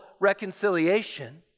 reconciliation